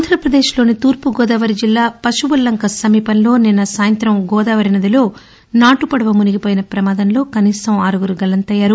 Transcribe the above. ఆంధ్రప్రదేశ్ లోని తూర్పు గోదావరి జిల్లా పశువుల్లంక సమీపంలో నిన్న సాయంతం గోదావరి నదిలో నాటుపడవ మునిగిన పమాదంలో కనీసం ఆరుగురు గల్లంతయ్యారు